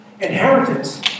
Inheritance